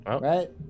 Right